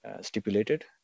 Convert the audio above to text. stipulated